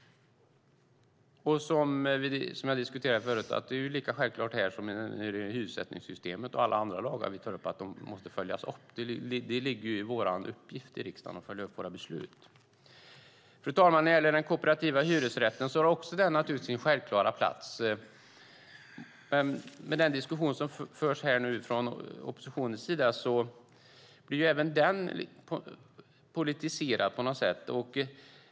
Som jag sade förut när det gällde hyressättningssystemet är det självklart att denna lag och alla lagar måste följas upp. Det hör till vår uppgift i riksdagen att följa upp våra beslut. Fru talman! Den kooperativa hyresrätten har också sin självklara plats. Men med den diskussion som nu förs från oppositionens sida blir den politiserad på något sätt.